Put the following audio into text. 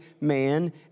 man